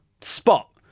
spot